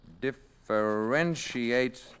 Differentiate